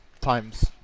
times